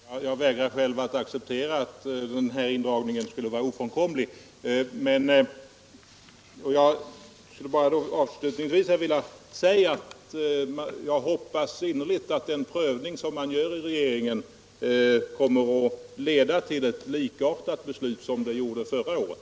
Herr talman! Jag vägrar själv att acceptera att de här indragningarna skulle vara ofrånkomliga. Jag vill avslutningsvis säga att jag innerligt hoppas att den prövning som regeringen gör kommer att leda till ett beslut som är likartat det som fattades förra året.